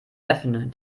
neffen